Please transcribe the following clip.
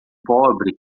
pobre